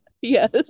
Yes